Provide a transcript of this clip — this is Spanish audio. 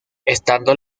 estando